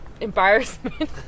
embarrassment